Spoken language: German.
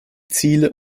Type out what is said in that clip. ziele